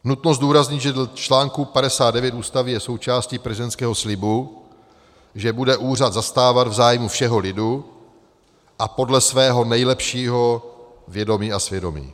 Nutno zdůraznit, že dle článku 59 Ústavy je součástí prezidentského slibu, že bude úřad zastávat v zájmu všeho lidu a podle svého nejlepšího vědomí a svědomí.